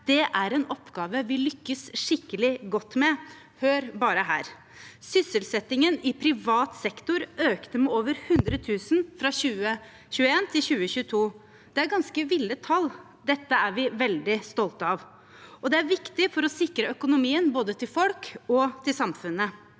er en oppgave vi lykkes skikkelig godt med. Hør bare her: Sysselsettingen i privat sektor økte med over 100 000 fra 2021 til 2022. Det er et ganske vilt tall. Dette er vi veldig stolte av, og det er viktig for å sikre økonomien både til folk og til samfunnet.